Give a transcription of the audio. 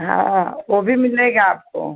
हाँ वह भी मिलेगा आपको